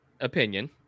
opinion